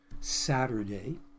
Saturday